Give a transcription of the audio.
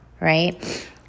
right